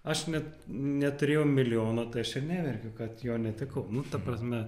aš net neturėjau milijono tai aš ir neverkiau kad jo netekau nu ta prasme